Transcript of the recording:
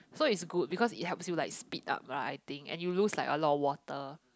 so is good because it helps you like speed up lah I think and you lose like a lot of water